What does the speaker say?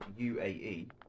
UAE